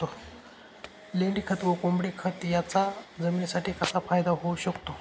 लेंडीखत व कोंबडीखत याचा जमिनीसाठी कसा फायदा होऊ शकतो?